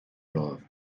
romhaibh